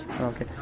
Okay